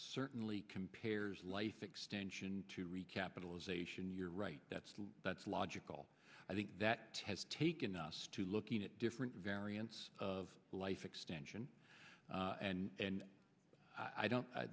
certainly compares life extension to recapitalization you're right that's that's logical i think that has taken us to looking at different variants of life extension and i don't